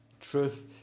truth